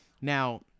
Now